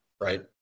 right